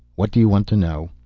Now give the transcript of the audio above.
what do you want to know?